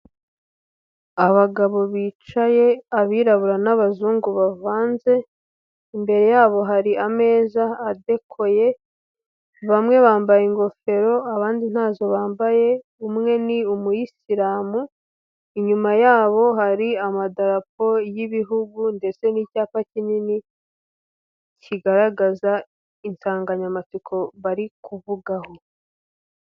Abagabo bicaye abirabura n'abazungu bavanze, imbere yabo hari ameza adekoye, bamwe bambaye ingofero abandi ntazo bambaye, umwe ni umuyisilamu, inyuma yabo hari amadarapo y'ibihugu ndetse n'icyapa kinini kigaragaza insanganyamatsiko bari kuvugaho.